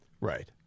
Right